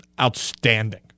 Outstanding